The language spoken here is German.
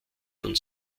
von